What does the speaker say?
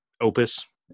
opus